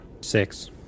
Six